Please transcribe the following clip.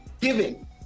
giving